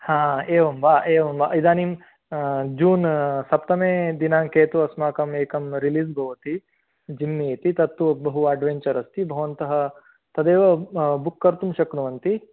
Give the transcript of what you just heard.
हा एवं वा एवं वा इदानीं जून् सप्तमे दिनाङ्के तु अस्माकं एकं रिलिस् भवति जिम्मि इति तत्तु बहु आड्वेञ्चर् अस्ति भवन्तः तदेव बुक् कर्तुं शक्नुवन्ति